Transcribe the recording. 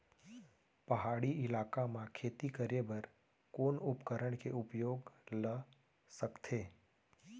पहाड़ी इलाका म खेती करें बर कोन उपकरण के उपयोग ल सकथे?